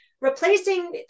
Replacing